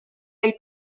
del